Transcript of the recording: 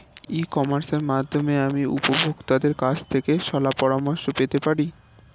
ই কমার্সের মাধ্যমে আমি উপভোগতাদের কাছ থেকে শলাপরামর্শ পেতে পারি?